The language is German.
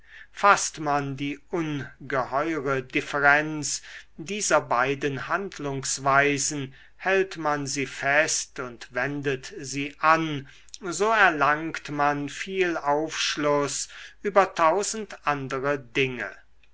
faßt man die ungeheure differenz dieser beiden handlungsweisen hält man sie fest und wendet sie an so erlangt man viel aufschluß über tausend andere dinge